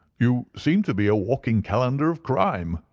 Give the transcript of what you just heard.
you seem to be a walking calendar of crime,